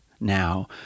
now